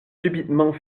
subitement